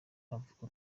avuga